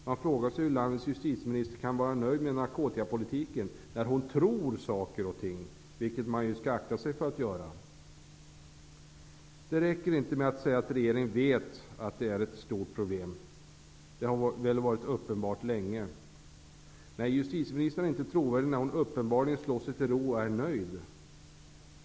Man frågar sig hur landets justitieminister kan vara nöjd med narkotikapolitiken när hon tror saker och ting, vilket man ju skall akta sig för att göra. Det räcker inte att säga att regeringen vet att det är ett stort problem -- det har väl varit uppenbart länge. Nej, justitieministern är inte trovärdig när hon uppenbarligen slår sig till ro och är nöjd.